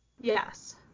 Yes